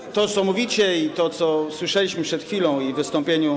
I to, co mówicie, i to, co słyszeliśmy przed chwilą w wystąpieniu.